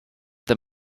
that